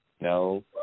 No